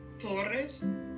Torres